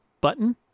button